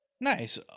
Nice